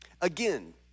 again